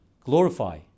glorify